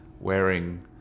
wearing